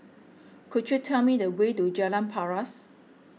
could you tell me the way to Jalan Paras